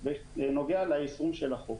בנוגע ליישום של החוק.